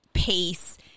Pace